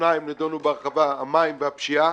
שניים נידונו בהרחבה המים והפשיעה.